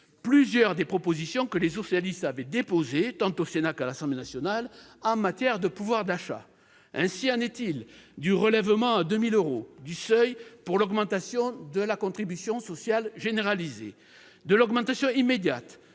plusieurs des propositions que les socialistes avaient déposées, tant au Sénat qu'à l'Assemblée nationale, en matière de pouvoir d'achat. Ainsi en est-il du relèvement à 2 000 euros du seuil pour l'augmentation de la CSG et de l'augmentation immédiate